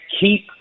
keep